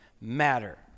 matter